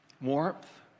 Warmth